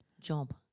job